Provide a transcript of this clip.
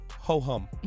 ho-hum